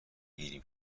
گیریم